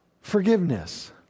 forgiveness